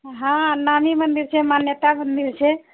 हँ नामी मन्दिर छै मान्यता मन्दिर छै